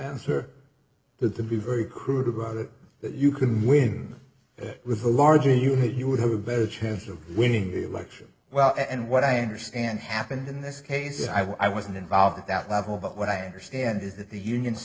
answer but the be very crude about it that you can win with the larger you that you would have a better chance of winning the election well and what i understand happened in this case is i wasn't involved at that level but what i understand is that the union